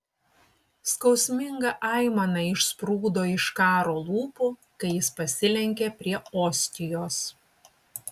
skausminga aimana išsprūdo iš karo lūpų kai jis pasilenkė prie ostijos